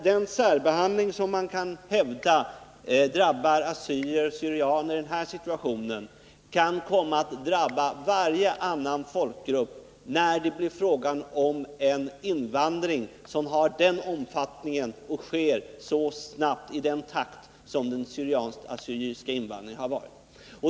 Den särbehandling som man kan hävda drabbar assyrier och syrianer i denna situation kan komma att drabba varje annan folkgrupp, när det blir fråga om en invandring som har den omfattningen och sker i den takt som den assyrisk/syrianska invandringen har skett i.